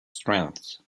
strengths